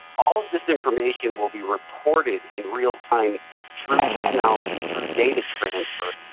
all of this information will be reported in real time through technology, through data transfer,